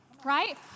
right